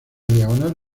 diagonal